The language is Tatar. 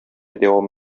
дәвам